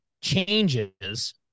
changes